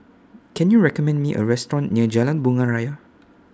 Can YOU recommend Me A Restaurant near Jalan Bunga Raya